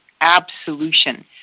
absolution